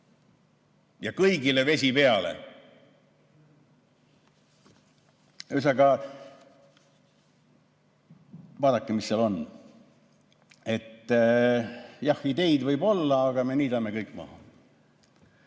ja kõigile vesi peale. Ühesõnaga, vaadake, mis seal on. Jah, ideid võib olla, aga me niidame kõik maha.